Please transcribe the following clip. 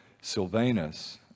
Sylvanus